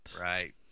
Right